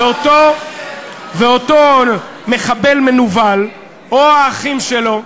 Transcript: ואותו מחבל מנוול, או האחים שלו,